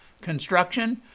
construction